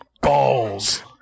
balls